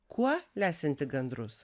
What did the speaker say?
kuo lesinti gandrus